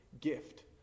gift